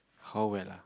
how well ah